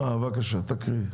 בבקשה, תקריאי.